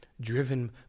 driven